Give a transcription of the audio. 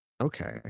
Okay